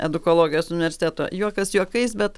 edukologijos universiteto juokas juokais bet